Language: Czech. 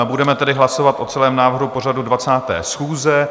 Budeme tedy hlasovat o celém návrhu pořadu 20. schůze.